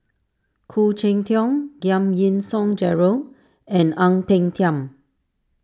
Khoo Cheng Tiong Giam Yean Song Gerald and Ang Peng Tiam